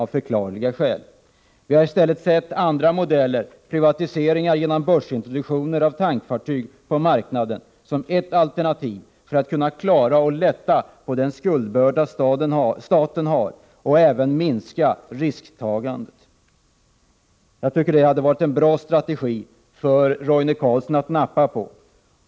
Vi har i stället förordat andra modeller — privatiseringar genom börsintroduktioner av tankfartyg på marknaden — som ett alternativ för lättande av statens skuldbörda och även för minskning av risktagandet. Det hade varit en bra strategi för Roine Carlsson att nappa på.